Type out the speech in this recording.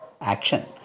action